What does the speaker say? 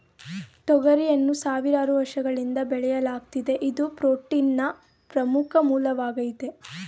ತೊಗರಿಯನ್ನು ಸಾವಿರಾರು ವರ್ಷಗಳಿಂದ ಬೆಳೆಯಲಾಗ್ತಿದೆ ಇದು ಪ್ರೋಟೀನ್ನ ಪ್ರಮುಖ ಮೂಲವಾಗಾಯ್ತೆ